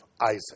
Isaac